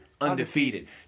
undefeated